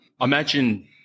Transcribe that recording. imagine